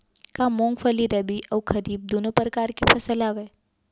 का मूंगफली रबि अऊ खरीफ दूनो परकार फसल आवय?